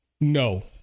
No